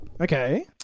okay